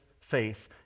faith